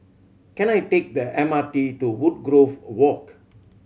can I take the M R T to Woodgrove Walk